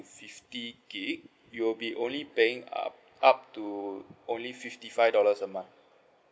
fifty gig you will be only paying uh up to only fifty five dollars a month